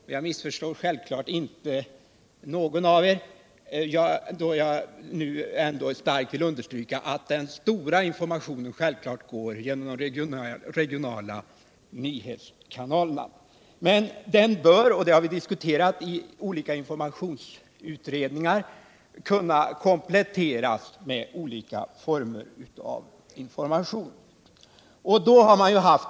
Och jag missförstår självfallet inte någon av dem då jag ändå starkt vill understryka att den största informationsmängden självklart skall gå genom de reguljära nyhetskanalerna. Men den bör —-det har diskuterats av olika informationsutredningar - kunna kompletteras med olika former av information.